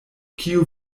kio